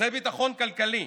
זה ביטחון כלכלי,